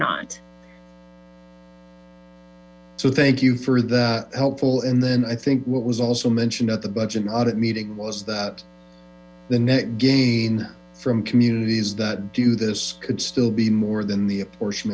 so thank you for the helpful and then i think what was also mentioned at the budget audit meeting was that the net gain from communities that do this could still be more than the apportion